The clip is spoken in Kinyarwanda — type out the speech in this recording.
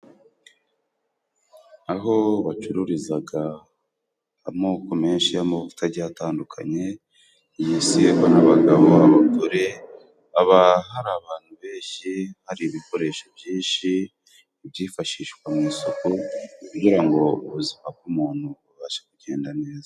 Aho bacururizaga amoko menshi y'amavu agiye atandukanye, yisigwa n'abagabo, abagore haba hari abantu benshi hari ibikoresho byinshi, ibyifashishwa mu isuku kugira ngo ubuzima bw'umuntu bubashe kugenda neza.